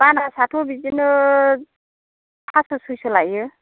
बानासआथ' बिदिनो पासस' सयस' लायो